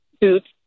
boots